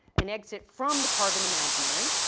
an exit from the carbon imaginary.